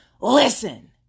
Listen